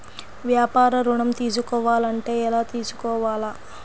వ్యాపార ఋణం తీసుకోవాలంటే ఎలా తీసుకోవాలా?